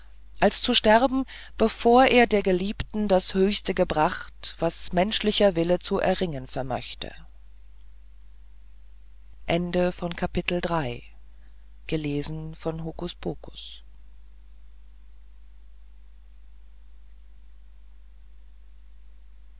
als zu sterben bevor er der geliebten das höchste gebracht was menschlicher wille zu erringen vermöchte